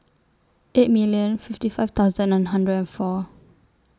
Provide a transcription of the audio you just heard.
eight million fifty five thousand and hundred and four